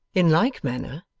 in like manner,